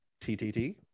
TTT